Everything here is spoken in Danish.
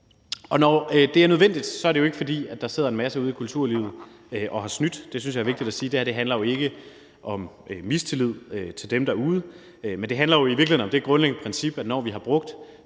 Når det er nødvendigt, er det jo ikke, fordi der sidder en masse ude i kulturlivet, som har snydt. Det synes jeg er vigtigt at sige. Det her handler jo ikke om mistillid til dem derude. Det handler i virkeligheden om det grundlæggende princip, at når vi nu har brugt